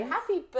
Happy